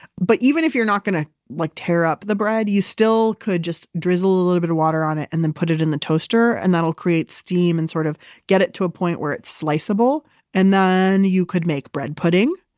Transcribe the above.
but even if you're not going to like tear up the bread, you still could just drizzle a little bit of water on it and then put it in the toaster and that'll create steam and sort of get it to a point where it's sliceable and then you could make bread pudding,